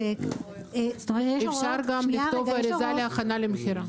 אפשר גם לכתוב אריזה להכנה למכירה.